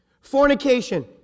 Fornication